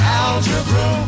algebra